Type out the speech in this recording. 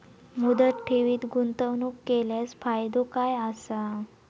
मुदत ठेवीत गुंतवणूक केल्यास फायदो काय आसा?